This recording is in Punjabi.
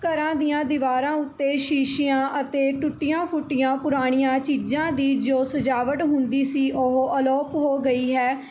ਘਰਾਂ ਦੀਆਂ ਦੀਵਾਰਾਂ ਉੱਤੇ ਸ਼ੀਸ਼ਿਆਂ ਅਤੇ ਟੁੱਟੀਆਂ ਫੁੱਟੀਆਂ ਪੁਰਾਣੀਆਂ ਚੀਜ਼ਾਂ ਦੀ ਜੋ ਸਜਾਵਟ ਹੁੰਦੀ ਸੀ ਉਹ ਅਲੋਪ ਹੋ ਗਈ ਹੈ